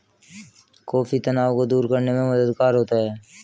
coffee तनाव को दूर करने में मददगार होता है